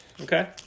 okay